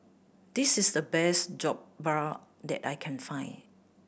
this is the best Jokbal that I can find